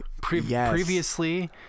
previously